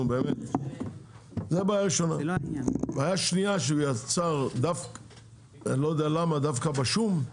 בעיה שנייה, אני לא יודע למה דווקא בשום,